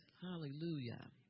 Hallelujah